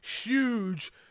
huge